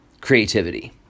creativity